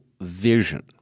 vision